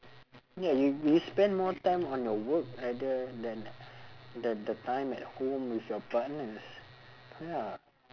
ya you you spend more time on your work rather than than the time at home with your partners ya